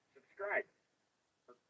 Subscribe